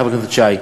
חבר הכנסת שי,